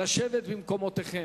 לשבת במקומות.